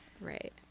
right